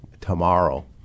tomorrow